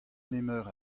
nemeur